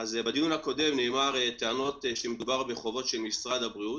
בדיון הקודם נאמרו טענות שמדובר בחובות של משרד הבריאות.